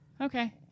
Okay